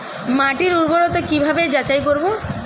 মাটির উর্বরতা কি ভাবে যাচাই করব?